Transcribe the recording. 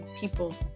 people